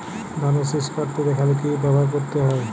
ধানের শিষ কাটতে দেখালে কি ব্যবহার করতে হয়?